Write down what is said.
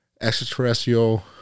extraterrestrial